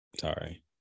Sorry